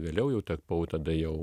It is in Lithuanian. vėliau jau tapau tada jau